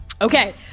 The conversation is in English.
Okay